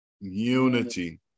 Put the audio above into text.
unity